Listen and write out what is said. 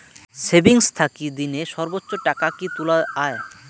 Savings থাকি দিনে সর্বোচ্চ টাকা কি তুলা য়ায়?